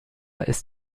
ist